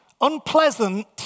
unpleasant